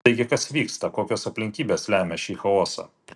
taigi kas vyksta kokios aplinkybės lemia šį chaosą